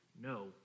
No